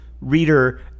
reader